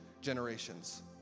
generations